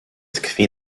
tkwi